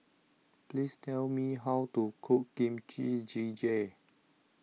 please tell me how to cook Kimchi Jjigae